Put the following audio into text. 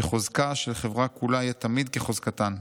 שחוזקה של החברה כולה יהיה תמיד כחוזקתן,